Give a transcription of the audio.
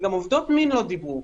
גם עובדות מין לא דיברו.